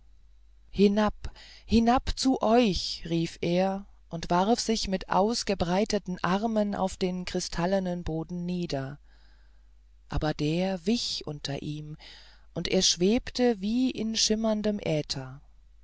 hinab hinab zu euch rief er und warf sich mit ausgebreiteten armen auf den kristallenen boden nieder aber der wich unter ihm und er schwebte wie in schimmerndem äther